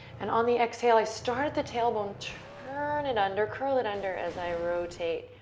and on the exhale, i start at the tailbone, turn it under, curl it under as i rotate